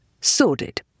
sordid